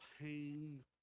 pain